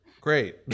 Great